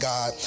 God